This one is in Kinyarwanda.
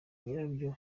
nyirabyo